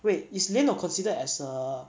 wait is 莲藕 considered as a